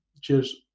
Cheers